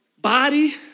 Body